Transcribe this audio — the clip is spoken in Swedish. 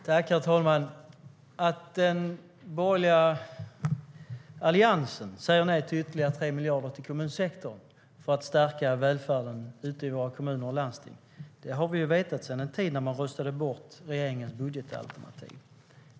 Herr talman! Att den borgerliga Alliansen säger nej till ytterligare 3 miljarder till kommunsektorn för att stärka välfärden i våra kommuner har vi vetat om sedan en tid, alltsedan man röstade bort regeringens budgetalternativ.